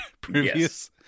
previous